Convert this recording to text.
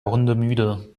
hundemüde